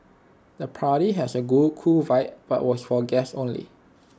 the party has A cool vibe but was for guest only